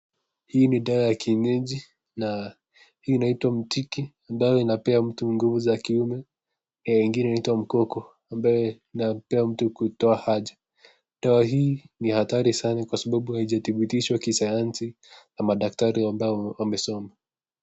Hii ni dawa ya kienyeji na hii inaitwa mtiki ambayo inapea mtu nguvu za kiume, ingine inaitwa mkoko ambayo inapea mtu kutoa haja. Dawa hii ni hatari sana kwa sababu haijathibitishwa kisayansi na madaktari ambao wamesoma.